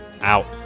out